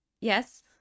Yes